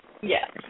Yes